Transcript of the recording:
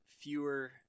fewer